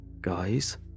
Guys